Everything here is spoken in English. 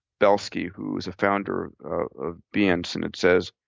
belsky, who was a founder of behance, and it says,